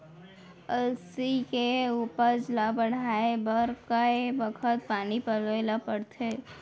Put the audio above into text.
अलसी के उपज ला बढ़ए बर कय बखत पानी पलोय ल पड़थे?